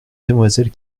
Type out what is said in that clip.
demoiselle